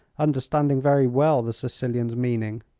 understanding very well the sicilian's meaning.